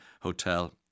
Hotel